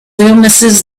illnesses